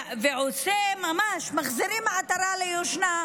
ועושה, ממש מחזירים עטרה ליושנה,